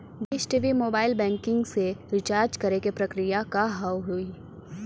Dish TV mobile banking से recharge करे के प्रक्रिया का हाव हई?